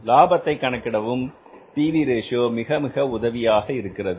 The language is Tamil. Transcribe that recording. லாபத்தை கணக்கிடவும் P V ratio PV Ratio மிக மிக உதவியாக இருக்கிறது